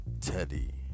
teddy